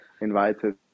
invited